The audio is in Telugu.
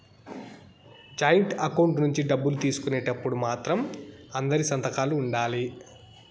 జాయింట్ అకౌంట్ నుంచి డబ్బులు తీసుకునేటప్పుడు మాత్రం అందరి సంతకాలు ఉండాలి